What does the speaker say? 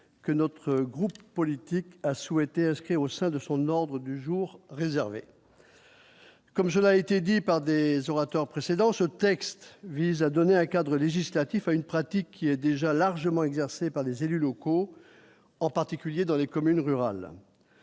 que notre groupe politique a souhaité ce au sein de son ordre du jour réservé. Comme je l'a été dit par des orateurs précédents, ce texte vise à donner un cadre législatif à une pratique qui est déjà largement exercée par les élus locaux, en particulier dans les communes rurales,